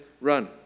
Run